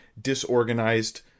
Disorganized